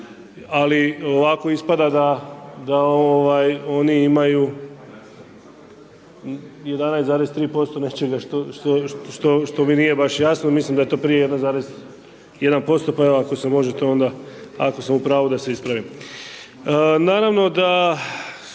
ali ovako ispada da oni imaju 11,3% nečega što mi nije baš jasno mislim da je to prije 1,1% pa evo ako se možete onda, ako sam u pravu da se ispravim. Naravno da